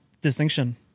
distinction